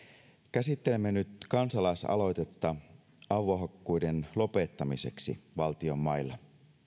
käsittelemme nyt kansalaisaloitetta avohakkuiden lopettamiseksi valtion mailla